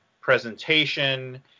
presentation